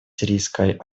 сирийской